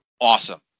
awesome